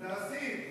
להסית,